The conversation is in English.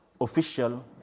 official